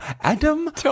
Adam